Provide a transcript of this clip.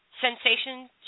sensation